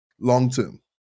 long-term